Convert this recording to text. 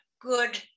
good